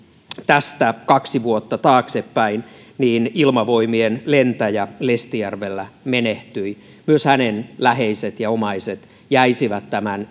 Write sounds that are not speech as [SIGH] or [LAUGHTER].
tästä kaksi vuotta taaksepäin niin ilmavoimien lentäjä menehtyi lestijärvellä myös hänen läheisensä ja omaisensa jäisivät tämän [UNINTELLIGIBLE]